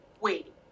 wait